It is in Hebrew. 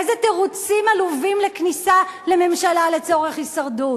איזה תירוצים עלובים לכניסה לממשלה לצורך הישרדות.